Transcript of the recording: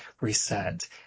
reset